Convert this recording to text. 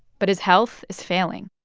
but his health is failing.